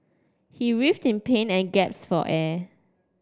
he writhes in pain and for air